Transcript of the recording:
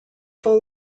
full